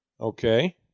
Okay